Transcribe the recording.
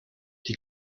die